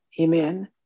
Amen